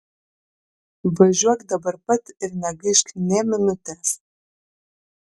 važiuok dabar pat ir negaišk nė minutės